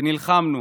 ונלחמנו